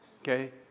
Okay